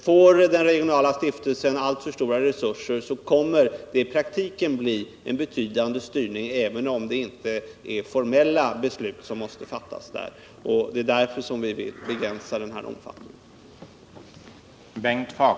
Får den regionala stiftelsen alltför stora resurser, kommer det att i praktiken bli en betydande styrning, även om de formella besluten inte skall fattas där. Det är alltså därför vi vill begränsa stiftelsens omfattning.